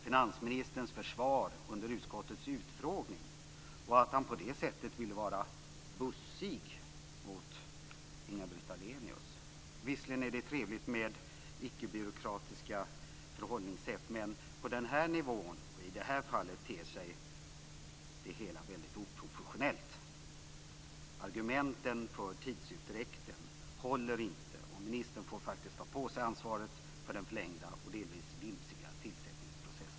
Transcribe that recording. Finansministerns försvar under utskottets utfrågning var att han på det sättet ville vara bussig mot Inga-Britt Ahlenius. Visserligen är det trevligt med icke-byråkratiska förhållningssätt, men på den här nivån och i det här fallet ter sig det hela väldigt oprofessionellt. Argumenten för tidsutdräkten håller inte. Ministern får faktiskt ta på sig ansvaret för den förlängda och delvis vimsiga tillsättningsprocessen.